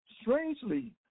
Strangely